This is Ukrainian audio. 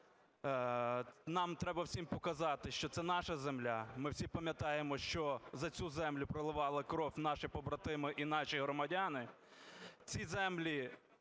нам треба всім показати, що це наша земля. Ми всі пам'ятаємо, що за цю землю проливали кров наші побратими і наші громадяни. Ці землі,